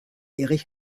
erich